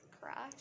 Crash